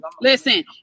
Listen